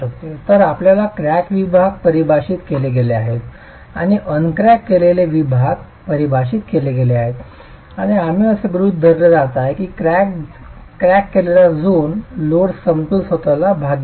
तर आपल्याला क्रॅक विभाग परिभाषित केले गेले आहेत आणि अनक्रॅक केलेले विभाग परिभाषित केले आहेत आणि आम्ही असे गृहित धरले जात आहे की क्रॅक केलेला झोन लोड समतोल स्वतःला भाग घेणार नाही